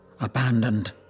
Abandoned